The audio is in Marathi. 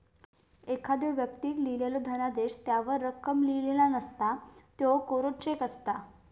एखाद्दो व्यक्तीक लिहिलेलो धनादेश त्यावर रक्कम लिहिलेला नसता, त्यो कोरो चेक असता